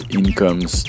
incomes